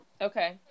Okay